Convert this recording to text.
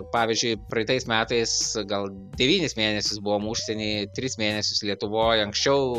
pavyzdžiui praeitais metais gal devynis mėnesius buvom užsieny tris mėnesius lietuvoj anksčiau